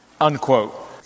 unquote